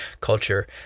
culture